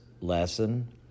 lesson